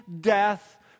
death